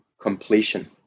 completion